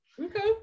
okay